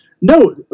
no